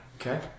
Okay